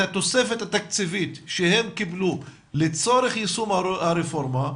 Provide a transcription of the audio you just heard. התוספת התקציבית שהם קיבלו לצורך יישום הרפורמה,